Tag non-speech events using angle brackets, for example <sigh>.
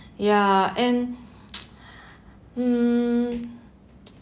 yeah and <noise> mm <noise>